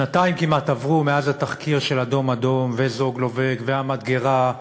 עברו כמעט שנתיים מאז התחקיר של "אדום אדום" ו"זוגלובק" והמדגרה,